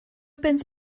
bunt